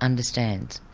understands,